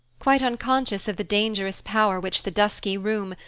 quite unconscious of the dangerous power which the dusky room,